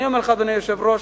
עוד לא הוסיפו.